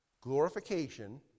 Glorification